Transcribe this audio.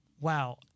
Wow